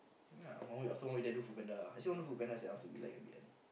yeah one week after one week then do FoodPanda I say I want to do FoodPanda sia I want to be like